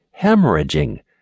hemorrhaging